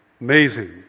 Amazing